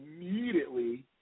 immediately